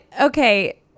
okay